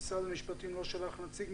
משרד המשפטים לא שלח נציג.